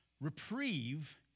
reprieve